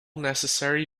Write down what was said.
necessary